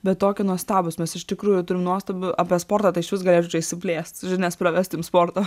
bet tokie nuostabūs mes iš tikrųjų turim nuostabų apie sportą tai išvis galėčiau čia išsiplėst žinias pravest jum sporto